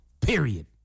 Period